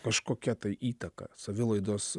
kažkokia tai įtaka savilaidos